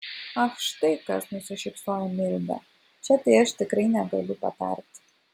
ach štai kas nusišypsojo milda čia tai aš tikrai negaliu patarti